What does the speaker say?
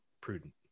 prudent